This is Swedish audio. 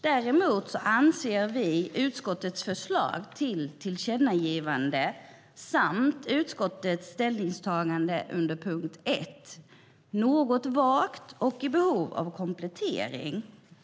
Däremot anser vi att utskottets förslag till tillkännagivande samt utskottets ställningstagande under punkt 1 är något vaga och i behov av komplettering.